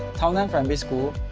tao nan primary school,